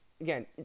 Again